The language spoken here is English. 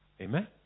Amen